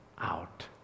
out